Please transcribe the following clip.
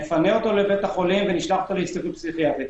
נפנה אותו לבית החולים ונשלח אותו להסתכלות פסיכיאטרית.